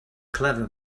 clever